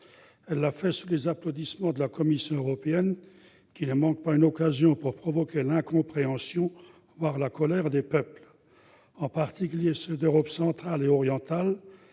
Elle l'a fait sous les applaudissements de la Commission européenne, qui ne manque pas une occasion de provoquer l'incompréhension, voire la colère, des peuples. Je pense en particulier aux peuples d'Europe centrale et orientale,